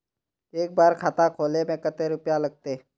एक बार खाता खोले में कते रुपया लगते?